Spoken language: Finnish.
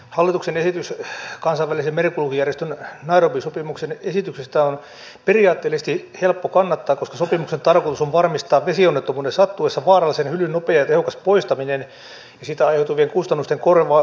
hallituksen esitystä kansainvälisen merenkulkujärjestön nairobin sopimuksen esityksestä on periaatteellisesti helppo kannattaa koska sopimuksen tarkoitus on varmistaa vesionnettomuuden sattuessa vaarallisen hylyn nopea ja tehokas poistaminen ja siitä aiheutuvien kustannusten korvaaminen